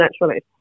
naturally